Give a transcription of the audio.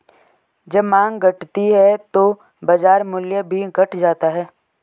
जब माँग घटती है तो बाजार मूल्य भी घट जाता है